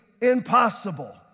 impossible